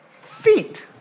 Feet